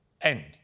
End